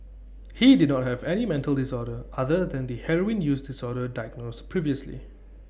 he did not have any mental disorder other than the heroin use disorder diagnosed previously